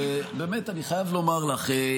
אני חייב לומר לך,